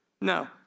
No